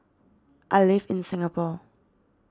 I live in Singapore